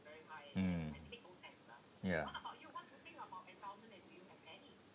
mm ya